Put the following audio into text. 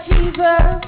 Jesus